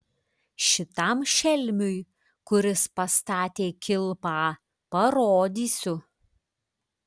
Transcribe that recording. šitam šelmiui kuris pastatė kilpą parodysiu